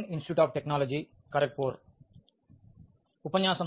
ఈ రోజు ఉపన్యాస